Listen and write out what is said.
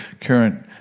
current